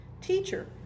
Teacher